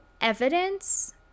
evidence